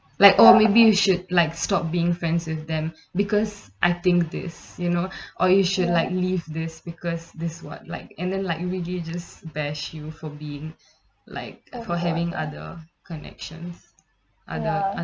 like oh maybe you should like stop being friends with them because I think this you know or you should like leave this because this what like and then like really just bash you for being like for having other connections other